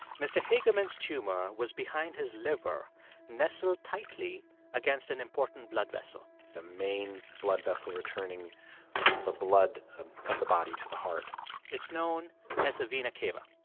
mr hagerman's tumor was behind his liver nestled tightly against an important blood vessel the main blood vessel returning the blood um of the body to the heart it's known as the vena cava.